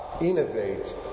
innovate